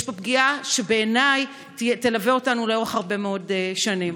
יש פה פגיעה שבעיניי תלווה אותנו לאורך הרבה מאוד שנים.